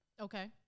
Okay